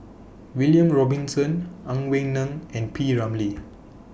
William Robinson Ang Wei Neng and P Ramlee